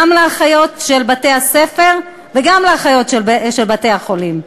גם לאחיות בתי-הספר וגם לאחיות בתי-החולים.